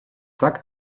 tak